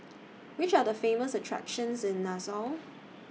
Which Are The Famous attractions in Nassau